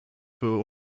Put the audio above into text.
für